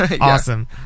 awesome